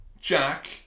Jack